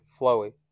flowy